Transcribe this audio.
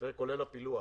זה כולל הפילוח.